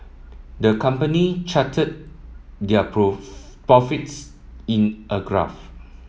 the company charted their profits in a graph